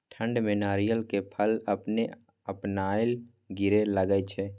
ठंड में नारियल के फल अपने अपनायल गिरे लगए छे?